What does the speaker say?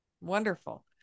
Wonderful